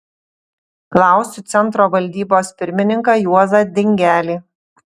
klausiu centro valdybos pirmininką juozą dingelį